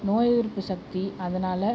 நோய் எதிர்ப்பு சக்தி அதனால்